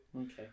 Okay